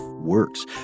Works